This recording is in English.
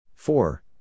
Four